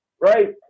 Right